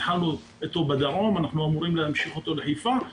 התחלנו אותו בדרום ואנחנו אמורים להמשיך אותו לחיפה.